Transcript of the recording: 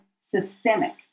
Systemic